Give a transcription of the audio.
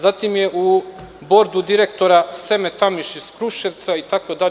Zatim je u Bordu direktora „Seme Tamiš“ iz Kruševca, itd.